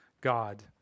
god